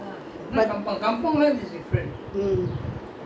I know lah turf club lah turf club quarters